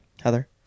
Heather